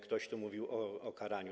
Ktoś tu mówił o karaniu.